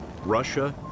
Russia